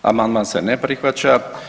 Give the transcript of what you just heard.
Amandman se ne prihvaća.